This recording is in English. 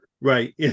Right